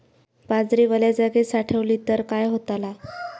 बाजरी वल्या जागेत साठवली तर काय होताला?